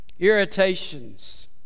irritations